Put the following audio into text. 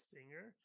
Singer